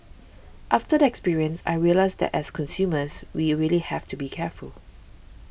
after the experience I realised that as consumers we really have to be careful